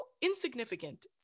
insignificant